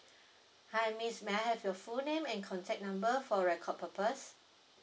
hi miss may I have your full name and contact number for record purpose